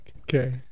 okay